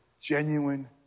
genuine